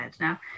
Now